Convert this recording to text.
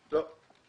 לא.